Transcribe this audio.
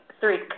three